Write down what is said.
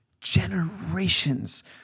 generations